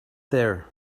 there